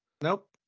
Nope